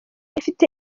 ifite